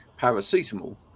Paracetamol